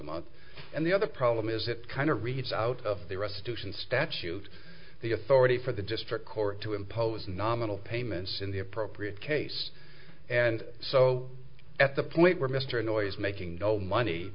month and the other problem is it kind of reads out of the restitution statute the authority for the district court to impose nominal payments in the appropriate case and so at the point where mr noisemaking no money